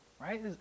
right